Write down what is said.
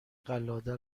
قلاده